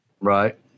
Right